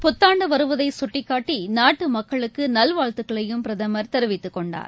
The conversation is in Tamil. புத்தாண்டுவருவதைசுட்டிக்காட்டிநாட்டுமக்களுக்குநல்வாழ்த்துக்களையும் பிரதமர் தெரிவித்துக்கொண்டார்